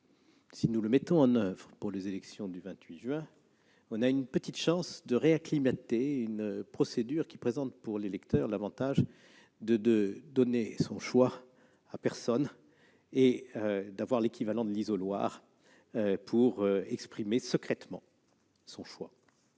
Si nous le mettons en oeuvre pour les élections du 28 juin, nous aurons une petite chance de réacclimater une procédure qui présente pour l'électeur un double avantage : il n'a à confier son choix à personne et il dispose d'un équivalent de l'isoloir pour exprimer secrètement son choix.